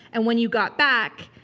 and when you got back,